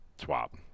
swap